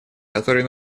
которой